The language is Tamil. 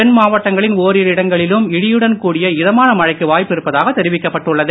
தென்மாவட்டங்களின் ஓரிரு இடங்களிலும் இடியுடன் கூடிய இதமான மழைக்கு வாய்ப்பிருப்பதாக தெரிவிக்கப்பட்டுள்ளது